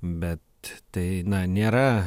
bet tai na nėra